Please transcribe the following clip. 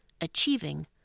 achieving